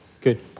Good